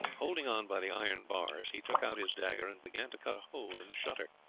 holding on by the iron bars, he took out his dagger and began to cut a hole in the shutter.